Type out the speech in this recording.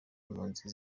impunzi